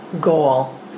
goal